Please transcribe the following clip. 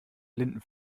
blinden